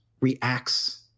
reacts